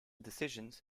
decisions